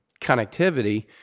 connectivity